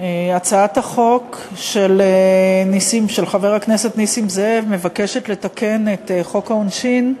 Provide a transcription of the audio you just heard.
הצעת החוק של חבר הכנסת נסים זאב מבקשת לתקן את חוק העונשין,